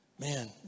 Man